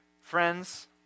Friends